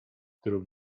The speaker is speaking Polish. którą